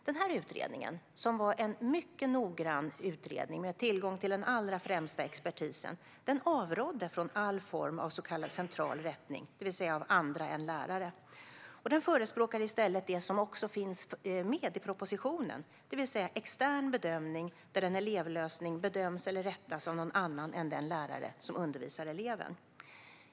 Denna utredning, som var mycket noggrann och hade tillgång till den allra främsta expertisen, avrådde från all form av så kallad central rättning, det vill säga av andra än lärare. Den förespråkade i stället det som också finns med i propositionen: extern bedömning, där en elevlösning bedöms eller rättas av någon annan än den lärare som undervisar eleven.